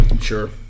Sure